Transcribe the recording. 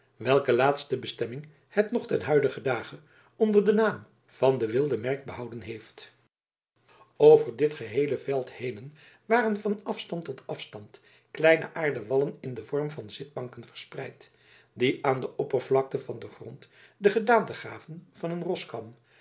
welke laatste bestemming het nog ten huidigen dage onder den naam van de wilde merkt behouden heeft over dit geheele veld henen waren van afstand tot afstand kleine aarden wallen in den vorm van zitbanken verspreid die aan de oppervlakte van den grond de gedaante gaven van een roskam